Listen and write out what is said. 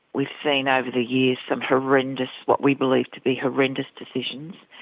we've seen over the years some horrendous, what we believe to be horrendous decisions,